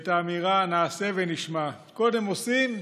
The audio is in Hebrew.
ואת האמירה "נעשה ונשמע" קודם עושים,